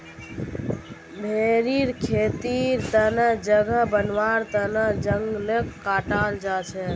भेरीर खेतीर तने जगह बनव्वार तन जंगलक काटाल जा छेक